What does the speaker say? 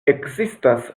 ekzistas